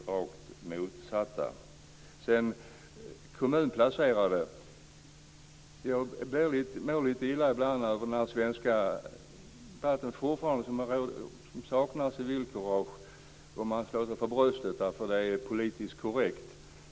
Sedan var det frågan om kommunplacerade. Jag mår ibland lite illa över avsaknaden av civilkurage i den svenska debatten, man slår sig för bröstet för det som är politiskt korrekt.